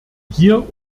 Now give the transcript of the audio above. hier